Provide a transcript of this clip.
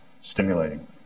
stimulating